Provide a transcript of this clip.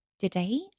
today